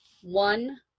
One